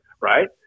Right